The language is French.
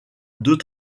deux